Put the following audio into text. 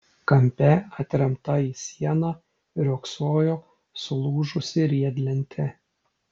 kampe atremta į sieną riogsojo sulūžusi riedlentė